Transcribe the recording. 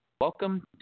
Welcome